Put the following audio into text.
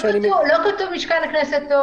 לא כתוב משכן הכנסת.